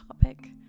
topic